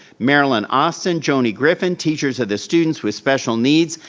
marilyn austin, joni griffin, teachers of the students with special needs,